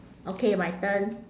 okay my turn